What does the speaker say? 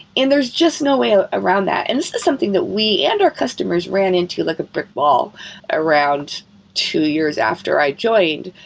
and there's just no way ah around that. and this is something that we and our customers ran into like a brick wall around two years after i joined,